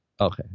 Okay